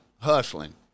hustling